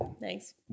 Thanks